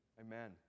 Amen